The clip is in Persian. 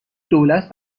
دولت